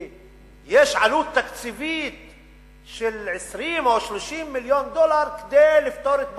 יש עלות תקציבית של 30 או 20 מיליון דולר כדי לפתור את הבעיה.